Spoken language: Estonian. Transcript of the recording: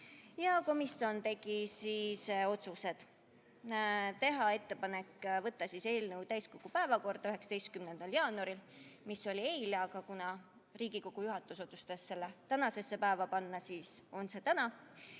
aastast. Komisjon tegi otsused: teha ettepanek võtta eelnõu täiskogu päevakorda 19. jaanuariks, mis oli eile, aga kuna Riigikogu juhatus otsustas selle tänasesse päeva panna, siis on see täna,